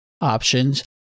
options